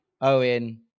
Owen